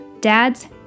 dads